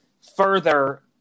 Further